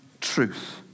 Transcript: truth